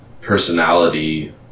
personality